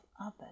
others